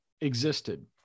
existed